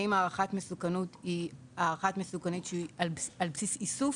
האם הערכת מסוכנות היא הערכת מסוכנות שהיא על בסיס איסוף